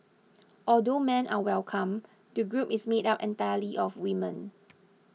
although men are welcome the group is made up entirely of women